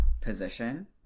position